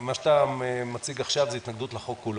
מה שאתה מציג עכשיו זו התנגדות לחוק כולו.